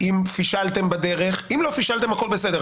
אם לא פישלתם בדרך הכל בסדר.